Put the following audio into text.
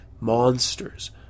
monsters